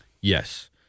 Yes